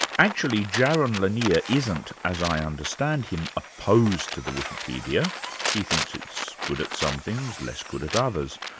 actually, jaron lanier isn't, as i understand him, opposed to the wikipedia he thinks it's good at some things, less good at others.